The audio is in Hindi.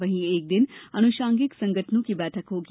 वहीं एक दिन अनुषांगिक संगठनों की बैठक होगी